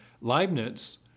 Leibniz